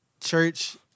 church